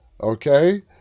okay